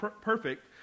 perfect